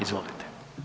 Izvolite.